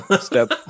step